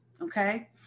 okay